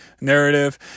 narrative